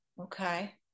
okay